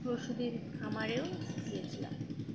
প্রসূতির খামারে গিয়েছিলাম